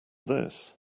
this